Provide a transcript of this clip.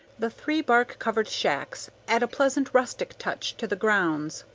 the three bark-covered shacks add a pleasant rustic touch to the grounds.